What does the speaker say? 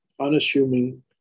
unassuming